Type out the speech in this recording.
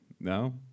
No